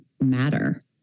matter